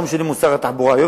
לא משנה אם הוא שר התחבורה היום,